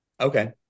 Okay